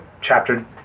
chapter